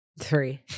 three